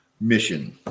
mission